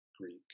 Greek